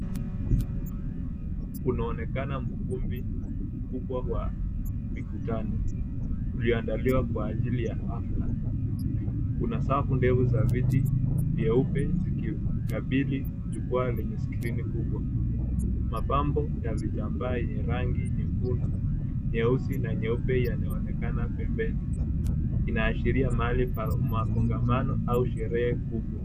Unaonekana ni ukumbi mkubwa wa mikutano, ulioandaliwa kwa ajili ya hafla. Kuna safu ndefu za viti vyeupe vikikabili jukwaa lenye skrini kubwa. Mapambo ya vitambaa yenye rangi nyekundu, nyeusi na nyeupe yameonekana pembeni. Inaashiria mahali pa makongamano au sherehe kubwa.